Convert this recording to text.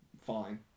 fine